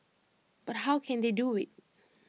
but how can they do IT